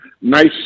nice